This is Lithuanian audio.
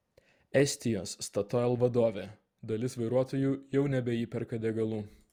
estijos statoil vadovė dalis vairuotojų jau nebeįperka degalų